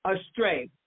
astray